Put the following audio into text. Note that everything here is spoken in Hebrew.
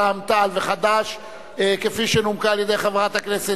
חד"ש ורע"ם-תע"ל כפי שנומקה על-ידי חברת הכנסת